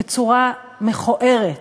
בצורה מכוערת אפילו,